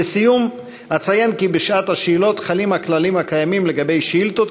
לסיום אציין כי בשעת השאלות חלים הכללים הקיימים לגבי שאילתות,